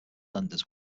lenders